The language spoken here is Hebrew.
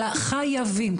אלא חייבים,